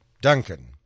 Duncan